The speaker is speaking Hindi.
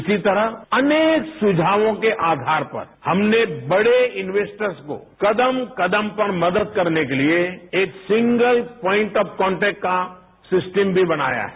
इसी तरह अनेक सुझायों के आवार पर हमने बड़े इन्वेस्टर्स को कदम कदम पर मदद करने के लिए एक सिंगल प्याइंट ऑफ कान्टेक्ट का सिस्टम भी बनाया है